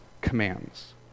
commands